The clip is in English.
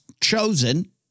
chosen